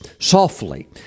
softly